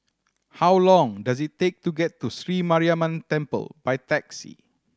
how long does it take to get to Sri Mariamman Temple by taxi